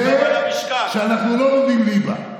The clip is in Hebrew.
וזה, כשאנחנו לא לומדים ליבה.